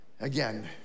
again